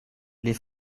les